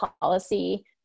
policy